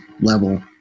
level